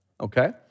okay